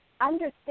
Understand